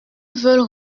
veulent